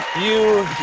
you